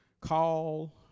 call